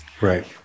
Right